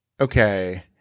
okay